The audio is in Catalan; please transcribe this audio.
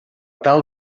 tal